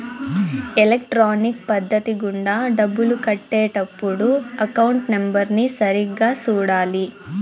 electronic పద్ధతి గుండా డబ్బులు కట్టే టప్పుడు అకౌంట్ నెంబర్ని సరిగ్గా సూడాలి